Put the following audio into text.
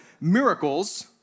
miracles